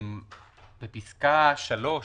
בפסקה (3),